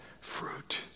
fruit